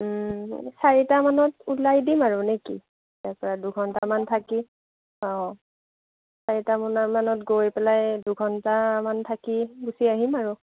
ওম চাৰিটামানত ওলাই দিম আৰু নে কি তাৰপৰা দুঘণ্টামান থাকি অ চাৰিটামানত গৈ পেলাই দুঘণ্টামান থাকি গুচি আহিম আৰু